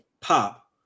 pop